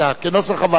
כנוסח הוועדה.